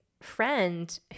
friend